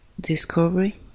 discovery